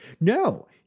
No